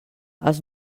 els